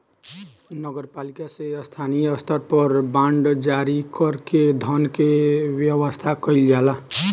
नगर पालिका से स्थानीय स्तर पर बांड जारी कर के धन के व्यवस्था कईल जाला